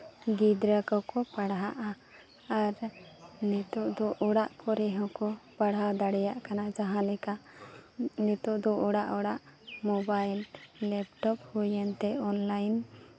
ᱜᱤᱫᱽᱨᱟᱹ ᱠᱚᱠᱚ ᱯᱟᱲᱦᱟᱜᱼᱟ ᱟᱨ ᱱᱤᱛᱚᱜ ᱫᱚ ᱚᱲᱟᱜ ᱠᱚᱨᱮ ᱦᱚᱸᱠᱚ ᱯᱟᱲᱦᱟᱣ ᱫᱟᱲᱮᱭᱟᱜ ᱠᱟᱱᱟ ᱡᱟᱦᱟᱸ ᱞᱮᱠᱟ ᱱᱤᱛᱚᱜ ᱫᱚ ᱚᱲᱟᱜ ᱚᱲᱟᱜ ᱢᱳᱵᱟᱭᱤᱞ ᱞᱮᱯᱴᱚᱯ ᱦᱩᱭᱮᱱ ᱛᱮ ᱚᱱᱞᱟᱭᱤᱱ